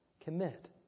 commit